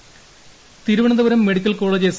Shailaja Thiruvananthapuram medical college S